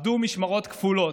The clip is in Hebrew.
עבדו משמרות כפולות,